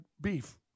beef